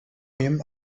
him